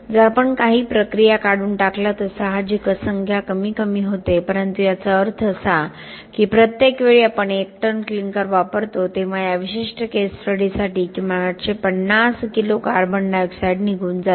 जर आपण काही प्रक्रिया काढून टाकल्या तर साहजिकच संख्या कमी कमी होते परंतु याचा अर्थ असा की प्रत्येक वेळी आपण एक टन क्लिंकर वापरतो तेव्हा या विशिष्ट केस स्टडीसाठी किमान 850 किलो कार्बन डायॉक्साइड निघून जातो